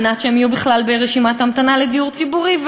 כדי שהן יהיו בכלל ברשימת המתנה לדיור ציבורי,